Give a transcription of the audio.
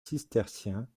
cisterciens